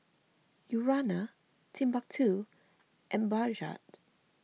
Urana Timbuk two and Bajaj